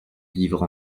livre